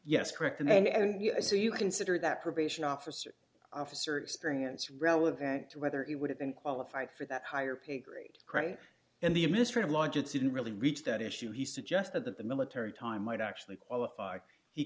yes correct and and yes so you consider that probation officer officer experience relevant to whether it would have been qualified for that higher pay grade credit and the administrative law judge didn't really reach that issue he suggested that the military time might actually qualify he